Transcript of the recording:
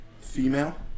female